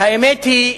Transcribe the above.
האמת היא,